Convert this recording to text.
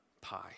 Pie